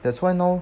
that's why now